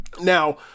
Now